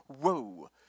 Whoa